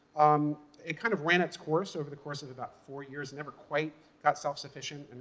um it kind of ran its course over the course of about four years and never quite got self-sufficient.